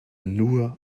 nur